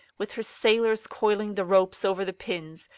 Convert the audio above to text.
with her sailors coiling the ropes over the pins,